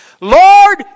Lord